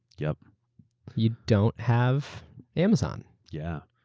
yeah you don't have amazon. yeah.